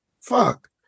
Fuck